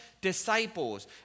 disciples